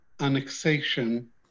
annexation